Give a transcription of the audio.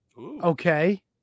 okay